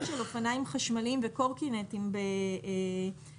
של אופניים חשמליים וקורקינטים ב-2020